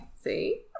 See